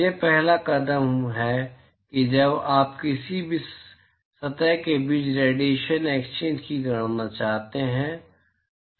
यह पहला कदम है जब आप किसी भी सतह के बीच रेडिएशन एक्सचेंज की गणना करना चाहते हैं